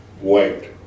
wait